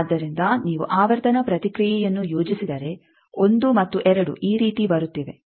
ಆದ್ದರಿಂದ ನೀವು ಆವರ್ತನ ಪ್ರತಿಕ್ರಿಯೆಯನ್ನು ಯೋಜಿಸಿದರೆ 1 ಮತ್ತು 2 ಈ ರೀತಿ ಬರುತ್ತಿವೆ